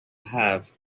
have